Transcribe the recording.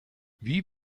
wie